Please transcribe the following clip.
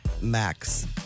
Max